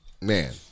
Man